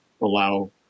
allow